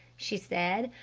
she said.